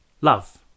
love